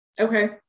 Okay